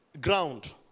ground